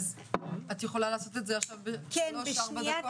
אז את יכולה לעשות את זה עכשיו בשלוש ארבע דקות,